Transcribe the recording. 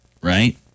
right